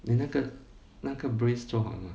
then 那个那个 brace 做好了吗